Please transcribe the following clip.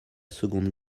seconde